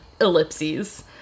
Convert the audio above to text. Ellipses